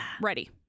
Ready